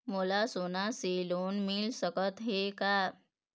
मोला सोना से लोन मिल सकत हे का?